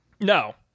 No